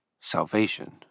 salvation